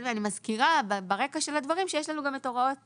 אני מזכירה ברקע של הדברים שיש לנו גם את הוראות